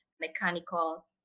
mechanical